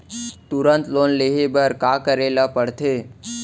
तुरंत लोन ले बर का करे ला पढ़थे?